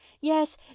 Yes